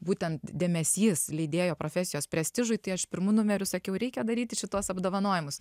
būtent dėmesys leidėjo profesijos prestižui tai aš pirmu numeriu sakiau reikia daryti šituos apdovanojimus